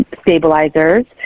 stabilizers